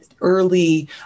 early